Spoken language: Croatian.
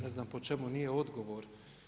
Ne znam po čemu nije odgovor.